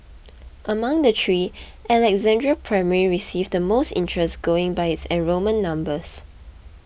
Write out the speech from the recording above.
among the three Alexandra Primary received the most interest going by its enrolment numbers